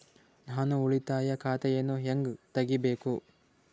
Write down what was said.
ನಾನು ಉಳಿತಾಯ ಖಾತೆಯನ್ನು ಹೆಂಗ್ ತಗಿಬೇಕು?